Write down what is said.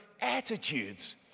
attitudes